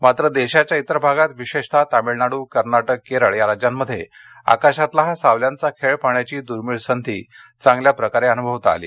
मात्र देशाच्या इतर भागात विशेषतः तामिळनाडू कर्नाटक केरळ या राज्यांमध्ये आकाशातला हा सावल्यांचा खेळ पाहण्याची दुर्मीळ संधी चांगल्याप्रकारे अनुभवता आली